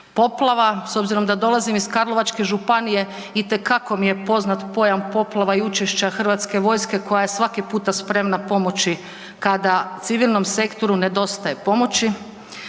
poplava, s obzirom da dolazim iz Karlovačke županije, itekako mi je poznat pojam poplava i učešća HV-a koja je svaku puta spremna pomoći kada civilnom sektoru nedostaje pomoći.